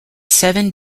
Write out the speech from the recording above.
seven